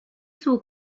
this